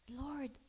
Lord